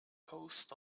coast